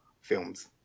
Films